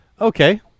Okay